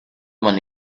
man